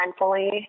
mindfully